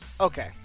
Okay